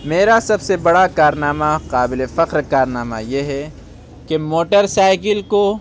میرا سب سے بڑا کارنامہ قابلِ فخر کارنامہ یہ ہے کہ موٹر سائیکل کو